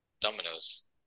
Dominoes